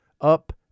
up